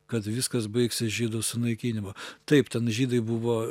kad viskas baigsis žydų sunaikinimu taip ten žydai buvo